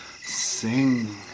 Sing